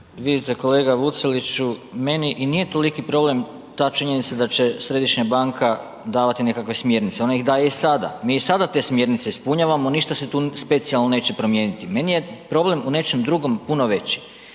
Vidite kolega Vuceliću, meni i nije toliki problem ta činjenica da će središnja banka davati nekakve smjernice, ona ih daje i sada. Mi i sada te smjernice ispunjavamo, ništa se tu specijalno neće promijeniti. Meni je problem u nečem drugom puno veći.